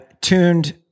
tuned